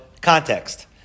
context